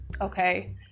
okay